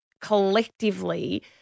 collectively